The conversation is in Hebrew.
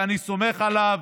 ואני סומך עליו